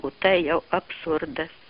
o tai jau absurdas